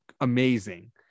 amazing